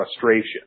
frustration